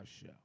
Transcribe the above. show